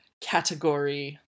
category